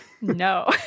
No